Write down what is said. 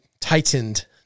tightened –